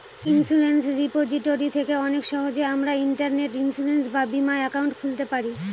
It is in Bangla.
ইন্সুরেন্স রিপোজিটরি থেকে অনেক সহজেই আমরা ইন্টারনেটে ইন্সুরেন্স বা বীমা একাউন্ট খুলতে পারি